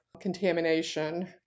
contamination